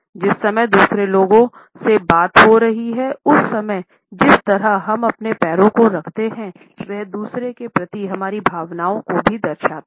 जिस समय दूसरे लोगों से बात हो रही है उस समय जिस तरह हम अपने पैरों को रखते हैं वह दूसरे के प्रति हमारी भावनाओं को भी दर्शाता है